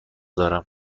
دارم